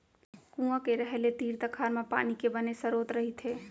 कुँआ के रहें ले तीर तखार म पानी के बने सरोत रहिथे